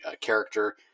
character